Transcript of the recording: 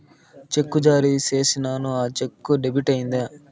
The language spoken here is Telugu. చెక్కు జారీ సేసాను, ఆ చెక్కు డెబిట్ అయిందా